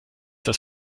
das